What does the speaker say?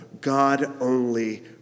God-only